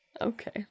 Okay